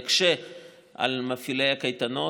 יקשה על מפעילי הקייטנות.